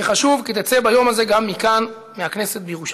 שחשוב כי תצא ביום הזה גם מכאן, מהכנסת בירושלים.